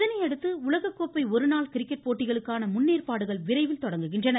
இதனையடுத்து உலக கோப்பை ஒரு நாள் கிரிக்கெட் போட்டிகளுக்கான முன்னேற்பாடுகள் விரைவில் தொடங்குகின்றன